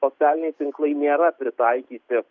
socialiniai tinklai nėra pritaikyti